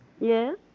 Yes